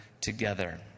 together